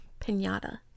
pinata